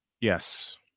Yes